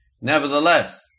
Nevertheless